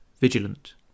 vigilant